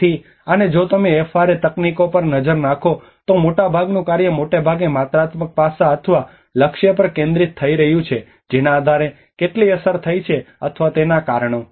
તેથી અને જો તમે એફઆરએ તકનીકો પર નજર નાખો તો મોટાભાગનું કાર્ય મોટે ભાગે માત્રાત્મક પાસાં અથવા લક્ષ્ય પર કેન્દ્રિત રહ્યું છે જેના આધારે કેટલિ અસર થઈ છે અથવા તેના કારણો